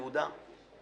יהודה גליק,